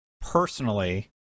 personally